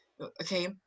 okay